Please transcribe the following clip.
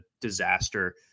disaster